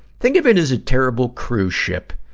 think of it as a terrible cruise ship,